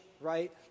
right